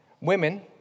Women